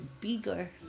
bigger